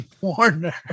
Warner